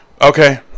okay